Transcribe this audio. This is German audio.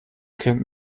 kennt